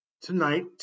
tonight